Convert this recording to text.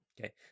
Okay